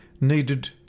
needed